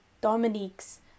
Dominique's